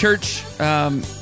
church